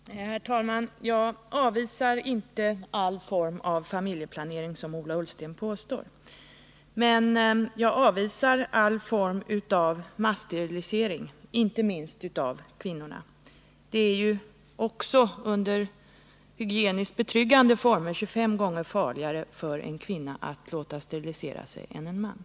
Herr talman! Jag avvisar inte all form av familjeplanering, som Ola Ullsten påstår. Men jag avvisar all form av massterilisering, inte minst av kvinnorna. Det är ju också under hygieniskt betryggande former 25 gånger farligare för en kvinna att låta sterilisera sig än för en man.